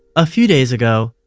a few days ago,